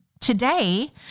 Today